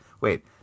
Wait